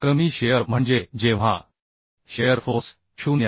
कमी शिअर म्हणजे जेव्हा शिअर फोर्स 0